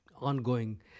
ongoing